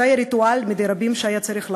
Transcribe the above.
זה היה ריטואל מני רבים שהיה צריך לעבור,